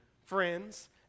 Friends